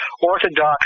orthodox